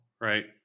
right